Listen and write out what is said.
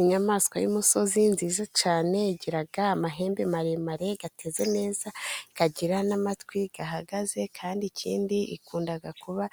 Inyamaswa y'umusozi nziza cyane, igira amahembe maremare ateze neza, ikagira n'amatwi ahagaze kandi ikindi ikunda kuba